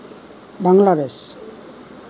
Bangladesh